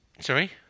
Sorry